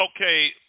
Okay